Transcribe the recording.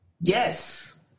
Yes